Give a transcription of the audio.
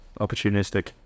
opportunistic